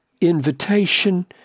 invitation